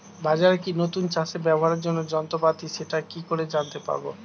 বাজারে কি নতুন চাষে ব্যবহারের জন্য যন্ত্রপাতি সেটা কি করে জানতে পারব?